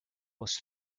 was